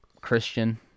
Christian